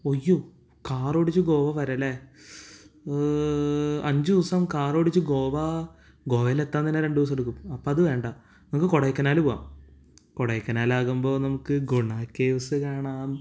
അയ്യോ കാർ ഓടിച്ച് ഗോവ വരെ അല്ലേ അഞ്ച് ദിവസം കാർ ഓടിച്ച് ഗോവ ഗോവയിൽ എത്താൻ തന്നെ രണ്ട് ദിവസം എടുക്കും അപ്പോൾ അത് വേണ്ട നമുക്ക് കൊടേക്കെനാൽ പോവാം കൊടേക്കെനാൽ ആകുമ്പോൾ നമുക്ക് ഗുണ കേവ്സ് കാണാം